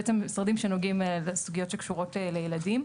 בעצם משרדים שנוגעים לסוגיות שקשורות לילדים.